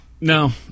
No